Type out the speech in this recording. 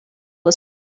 was